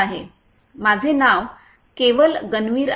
माझे नाव केवल गणवीर आहे